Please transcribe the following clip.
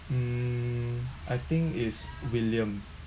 mm I think is william